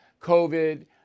COVID